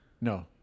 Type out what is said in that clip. No